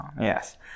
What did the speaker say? yes